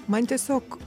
man tiesiog